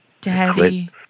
Daddy